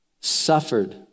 suffered